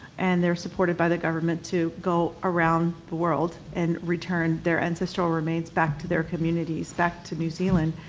and they're supported by the government to go around the world and return their ancestral remains back to their communities, back to new zealand,